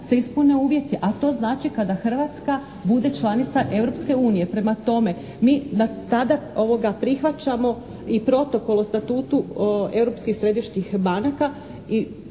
se ispune uvjeti, a to znači kada Hrvatska bude članica Europske unije. Prema tome mi tada prihvaćamo i Protokol o statutu europskih središnjih banaka i